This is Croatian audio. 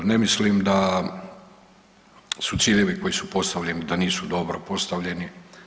Ne mislim da su ciljevi koji su postavljeni, da nisu dobro postavljeni.